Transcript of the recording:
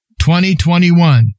2021